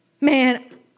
Man